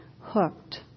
hooked